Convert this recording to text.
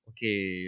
Okay